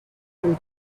from